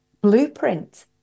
blueprint